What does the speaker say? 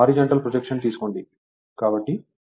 horizontal projection తీసుకోండి కాబట్టి E2cosδ V2అవుతుంది